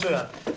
מצוין.